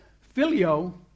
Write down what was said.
Filio